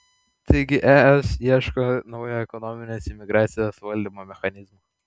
taigi es ieško naujo ekonominės imigracijos valdymo mechanizmo